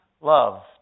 Love